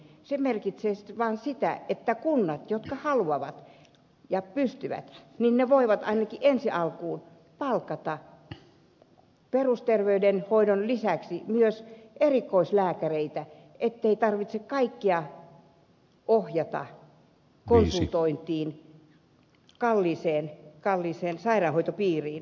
se merkitsee vaan sitä että kunnat jotka haluavat ja pystyvät voivat ainakin ensi alkuun palkata perusterveydenhoidon tueksi myös erikoislääkäreitä ettei tarvitse kaikkia ohjata konsultointiin kalliiseen sairaanhoitopiiriin